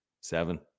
seven